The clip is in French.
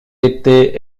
était